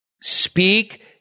Speak